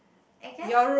I guess